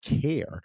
care